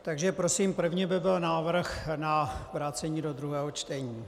Takže prosím, první by byl návrh na vrácení do druhého čtení.